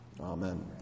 Amen